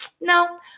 No